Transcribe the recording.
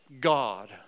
God